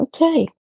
okay